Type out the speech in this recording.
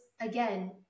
again